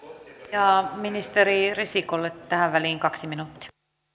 ministeri risikolle tähän väliin kaksi minuuttia